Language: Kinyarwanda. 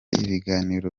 ibiganiro